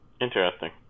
Interesting